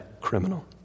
criminal